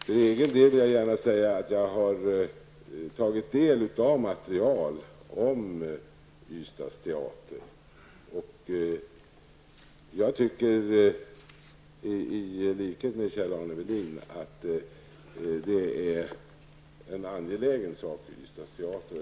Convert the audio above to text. För egen del vill jag gärna säga att jag har tagit del av materialet om Ystads Teater. Jag tycker i likhet med Kjell-Arne Welin att denna fråga är angelägen för Ystads Teater.